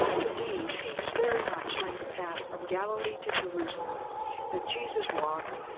to me seems very much like the path from galilee to jerusalem that jesus walked,